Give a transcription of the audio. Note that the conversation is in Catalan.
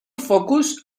focus